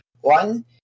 one